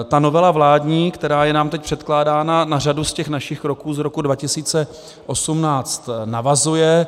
Ta novela vládní, která je nám teď předkládána na řadu z těch našich kroků z roku 2018 navazuje.